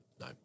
No